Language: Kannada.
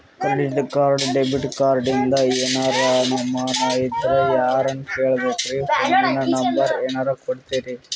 ಕ್ರೆಡಿಟ್ ಕಾರ್ಡ, ಡೆಬಿಟ ಕಾರ್ಡಿಂದ ಏನರ ಅನಮಾನ ಇದ್ರ ಯಾರನ್ ಕೇಳಬೇಕ್ರೀ, ಫೋನಿನ ನಂಬರ ಏನರ ಕೊಡ್ತೀರಿ?